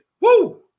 Woo